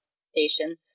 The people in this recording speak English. station